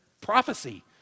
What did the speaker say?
prophecy